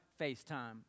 FaceTime